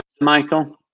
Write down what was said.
Michael